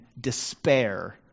despair